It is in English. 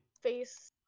Face